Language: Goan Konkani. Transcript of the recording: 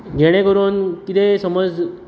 जेणे करून कितेंय समज